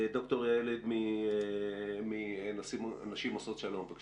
ד"ר יעל אדמי מנשים עושות שלום, בבקשה.